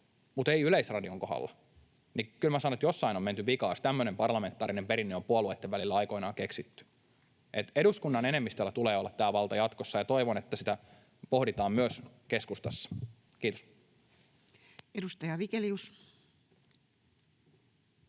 mutta ei Yleisradion kohdalla. Niin kyllä minä sanon, että jossain on menty vikaan, jos tämmöinen parlamentaarinen perinne on puolueitten välillä aikoinaan keksitty. Eduskunnan enemmistöllä tulee olla tämä valta jatkossa, ja toivon, että sitä pohditaan myös keskustassa. — Kiitos. Edustaja Vigelius.